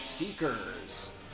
Seekers